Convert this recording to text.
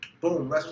Boom